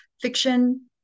fiction